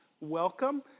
welcome